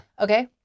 okay